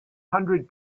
hundred